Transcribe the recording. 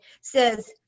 says